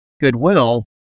goodwill